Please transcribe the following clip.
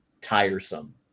tiresome